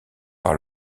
par